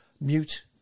mute